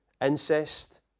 Incest